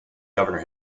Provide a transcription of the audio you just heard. governor